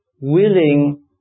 willing